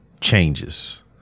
changes